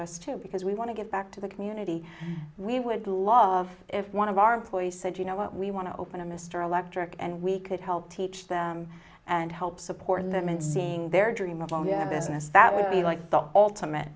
us too because we want to give back to the community we would love if one of our employees said you know what we want to open a mr electric and we could help teach them and help support them and seeing their dream of owning a business that would be like the ultimate